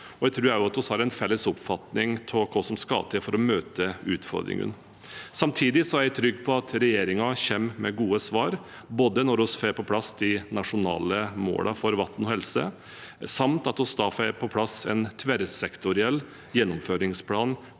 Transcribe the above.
jeg tror også at vi har en felles oppfatning av hva som skal til for å møte utfordringene. Samtidig er jeg trygg på at regjeringen kommer med gode svar, både når vi får på plass de nasjonale målene for vann og helse, og når vi får på plass en tverrsektoriell gjennomføringsplan